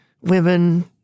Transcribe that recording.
women